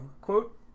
quote